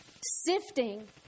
sifting